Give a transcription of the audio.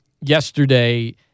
yesterday